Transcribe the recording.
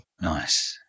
Nice